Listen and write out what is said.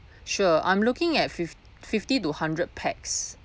sure I'm looking at fif~ fifty to hundred pax